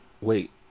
Wait